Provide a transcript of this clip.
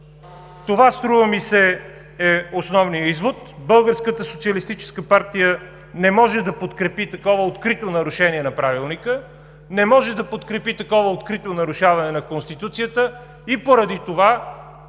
Това, струва ми се, е основният извод. Българската социалистическа партия не може да подкрепи такова открито нарушение на Правилника, не може да подкрепи такова открито нарушаване на Конституцията и поради това